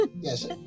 yes